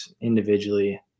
individually